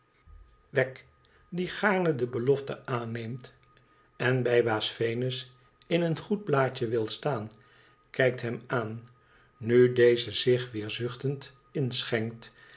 wegg die gaarne de belofte aanneemt en bij baas venus in een goed blaadje wil staan kijkt hem aan nu deze zich weer zuchtend inschenkt